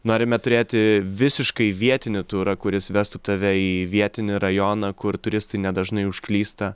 norime turėti visiškai vietinį turą kuris vestų tave į vietinį rajoną kur turistai nedažnai užklysta